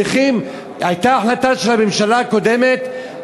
הייתה החלטה של הממשלה הקודמת,